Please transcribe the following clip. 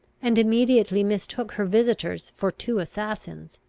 and immediately mistook her visitors for two assassins.